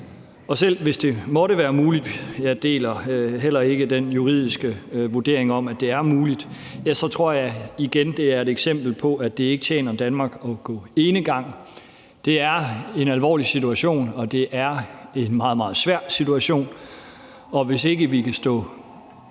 Selv hvis det måtte være muligt – jeg deler heller ikke den juridiske vurdering af, at det er muligt – så tror jeg, at det igen er et eksempel på, at det ikke tjener Danmark at gå enegang. Det er en alvorlig situation, og det er en meget, meget svær situation, og hvis vi ikke kan stå